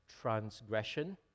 transgression